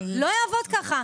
זה לא יעבוד ככה.